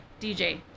DJ